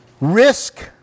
risk